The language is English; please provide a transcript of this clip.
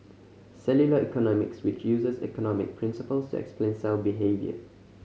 cellular economics which uses economic principles to explain cell behaviour